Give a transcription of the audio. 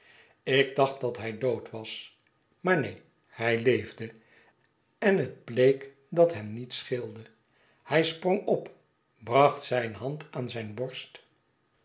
ik dacht dat hij dood was maar neen hij leefde en het bleek dat hem niets scheelde hij sprong op bracht zijn hand aan zijn borst